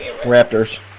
Raptors